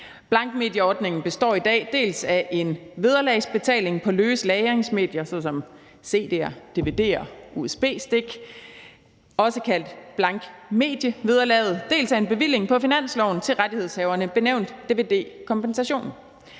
Blankmedieordningen består i dag dels af en vederlagsbetaling på løse lagringsmedier såsom cd'er, dvd'er og usb-stik – også kaldet blankmedievederlaget – dels af en bevilling på finansloven til rettighedshaverne benævnt som dvd-kompensationen.